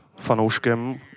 fanouškem